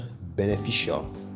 beneficial